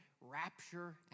Rapture